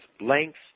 length